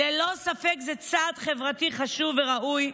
ללא ספק זה צעד חברתי חשוב וראוי,